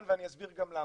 ואסביר גם למה.